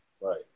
right